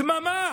דממה.